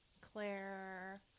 Claire